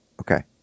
Okay